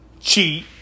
cheat